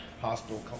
hospital